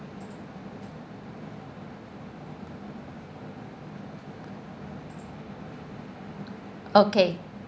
okay